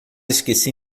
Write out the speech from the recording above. esqueci